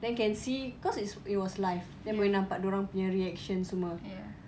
then can see cause it was live then boleh nampak dia orang punya reaction semua